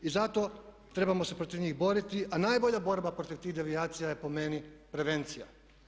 I zato trebamo se protiv njih boriti, a najbolja borba protiv tih devijacija je po meni prevencija.